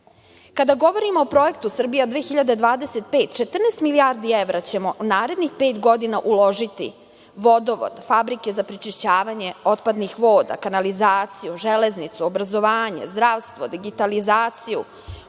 govorimo o projektu „Srbija 2025“ 14 milijardi evra ćemo narednih pet godina uložiti u: vodovod, fabrike za prečišćavanje otpadnih voda, kanalizaciju, železnicu, obrazovanje, zdravstvo, digitalizaciju,